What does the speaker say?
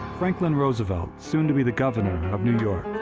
franklin roosevelt, soon to be the governor of new york,